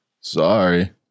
Sorry